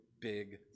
big